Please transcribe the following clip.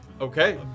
Okay